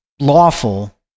lawful